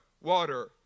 water